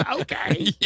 Okay